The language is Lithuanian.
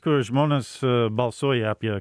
kur žmonės balsuoja apie